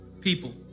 people